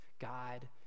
God